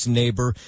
neighbor